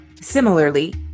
Similarly